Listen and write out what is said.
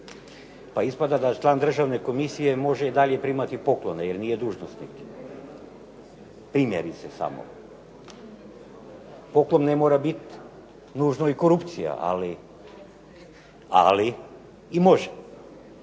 pa ispada da član državne komisije može i dalje primati poklone jer nije dužnosnik. Primjerice samo. Poklon ne mora biti nužno i korupcija, ali i može.